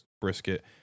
brisket